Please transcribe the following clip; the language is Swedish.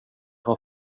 har